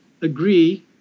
agree